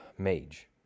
Mage